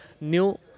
new